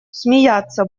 смеяться